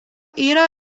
yra